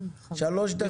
3 דקות.